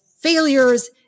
failures